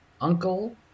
uncle